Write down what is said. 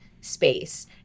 space